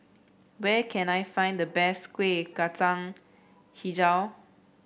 where can I find the best Kueh Kacang hijau